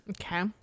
Okay